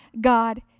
god